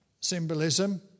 symbolism